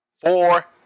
four